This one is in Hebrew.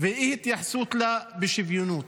ואי-התייחסות אליה בשוויוניות.